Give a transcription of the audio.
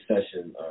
session